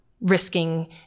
risking